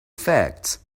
facts